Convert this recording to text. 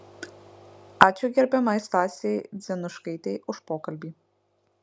ačiū gerbiamai stasei dzenuškaitei už pokalbį